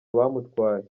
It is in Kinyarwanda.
bamutwaye